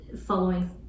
following